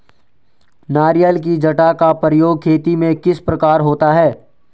नारियल की जटा का प्रयोग खेती में किस प्रकार होता है?